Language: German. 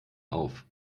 auf